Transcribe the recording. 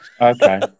Okay